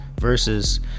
versus